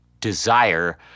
desire